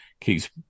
keeps